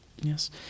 Yes